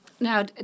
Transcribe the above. Now